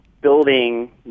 building